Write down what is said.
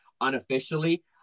unofficially